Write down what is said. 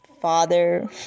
father